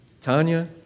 Tanya